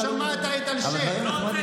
ישבנו בשקט ואתה מתריס, אבל תן דברים נחמדים.